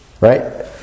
Right